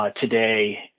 today